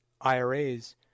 IRAs